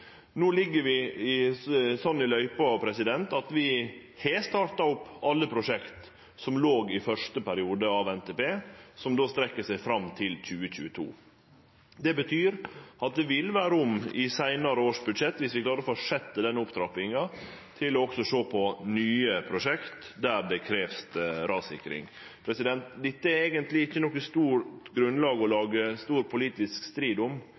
No ligg vi slik i løypa at vi har starta opp alle prosjekt som låg i første periode av NTP, som strekkjer seg fram til 2022. Det betyr at det vil vere rom i budsjetta for seinare år – viss vi klarer å fortsetje denne opptrappinga – til å sjå på nye prosjekt der det krevst rassikring. Dette er det eigentleg ikkje noko stort grunnlag for å lage stor politisk strid om.